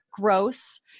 gross